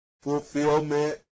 Fulfillment